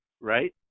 right